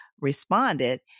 responded